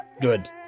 Good